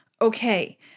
okay